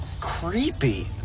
creepy